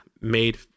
made